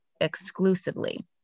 exclusively